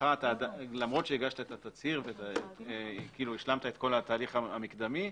ולמרות שהגשת את התצהיר והשלמת את כל התהליך המקדמי,